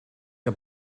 que